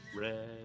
Red